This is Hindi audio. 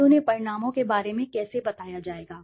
और उन्हें परिणामों के बारे में कैसे बताया जाएगा